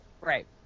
Right